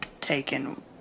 taken